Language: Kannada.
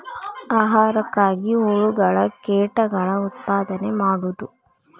ಆಹಾರಕ್ಕಾಗಿ ಹುಳುಗಳ ಕೇಟಗಳ ಉತ್ಪಾದನೆ ಮಾಡುದು